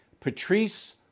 Patrice